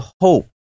hope